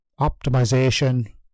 optimization